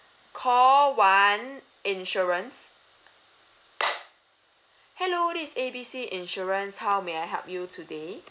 call one insurance hello this is A B C insurance how may I help you today